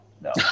no